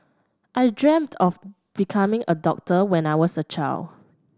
I dreamt of becoming a doctor when I was a child